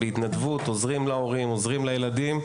בהתנדבות, עוזרים להורים, עוזרים לילדים,